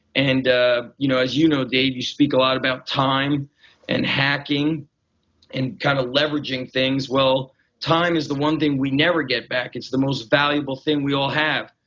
and ah you know as you know dave, you speak a lot about time and hacking and kind of leveraging things, well time is the one thing we never get back, it's the most valuable thing we all have.